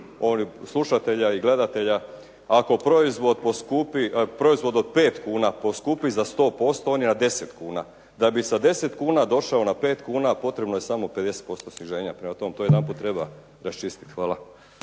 slušatelja i gledatelja. Ako proizvod od 5 kuna poskupi za 100% on je 10 kuna, da bi sa 10 kuna došao na 5 kuna potrebno je samo 50% sniženja, prema tome to jedanput treba raščistiti. Hvala.